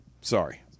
sorry